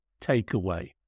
takeaway